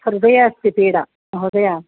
हृदये अस्ति पीडा महोदय